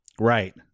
Right